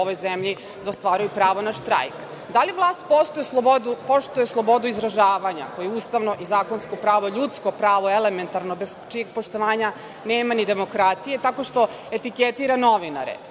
ovoj zemlji da ostvaruju pravo na štrajk? Da li vlast poštuje slobodu izražavanja koje je ustavno i zakonsko pravo, ljudsko pravo, elementarno bez čijeg poštovanja nema ni demokratije tako što etiketira novinare,